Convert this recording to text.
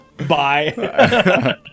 bye